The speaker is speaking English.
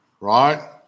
Right